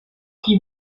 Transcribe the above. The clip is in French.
qui